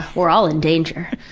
we're all in danger.